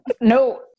no